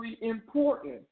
important